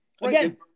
Again